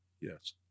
Yes